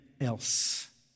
else